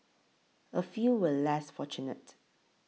a few were less fortunate